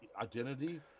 identity